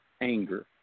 anger